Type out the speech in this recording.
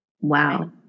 Wow